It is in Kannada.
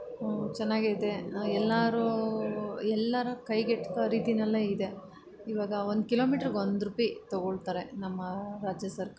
ಚೆನ್ನಾಗಿಯೇ ಇದೆ ಎಲ್ಲರೂ ಎಲ್ಲರ ಕೈಗೆಟುಕೋ ರೀತಿಯಲ್ಲೆ ಇದೆ ಇವಾಗ ಒಂದು ಕಿಲೋಮೀಟ್ರಗೊಂದು ರುಪಿ ತೊಗೊಳ್ತಾರೆ ನಮ್ಮ ರಾಜ್ಯ ಸರ್ಕಾರ